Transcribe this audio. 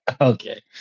Okay